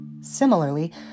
Similarly